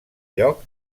lloc